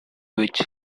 which